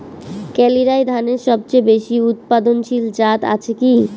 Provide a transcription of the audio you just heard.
কালিরাই ধানের সবচেয়ে বেশি উৎপাদনশীল জাত আছে কি?